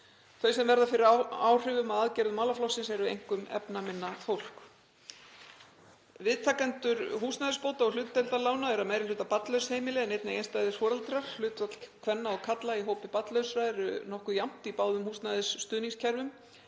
Þau sem verða fyrir áhrifum af aðgerðum málaflokksins eru einkum efnaminna fólk. Viðtakendur húsnæðisbóta og hlutdeildarlána eru að meiri hluta barnlaus heimili en einnig einstæðir foreldrar. Hlutfall kvenna og karla í hópi barnlausra er nokkuð jafnt í báðum húsnæðisstuðningskerfum